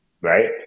right